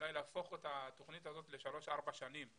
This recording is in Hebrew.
ואולי להפוך את התוכנית הזאת לשלוש-ארבע שנים,